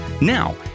Now